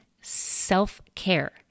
self-care